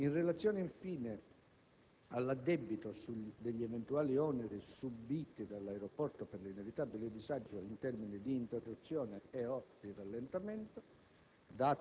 In relazione all'addebito degli eventuali oneri subiti dall'aeroporto per l'inevitabile disagio in termini di interruzione e/o di rallentamento,